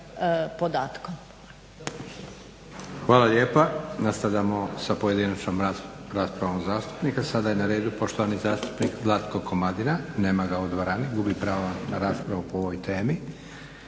Hvala lijepa. Nastavljamo sa pojedinačnom raspravom zastupnika. Sada je na redu poštovani zastupnik Zlatko Komadina, nema ga u dvorani, gubi pravo na raspravu po ovoj temi.